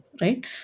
right